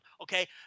okay